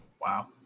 Wow